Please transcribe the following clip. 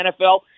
NFL